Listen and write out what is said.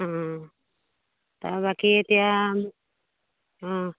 অ তাৰ বাকী এতিয়া